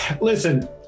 Listen